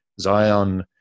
Zion